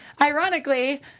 ironically